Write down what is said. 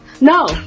No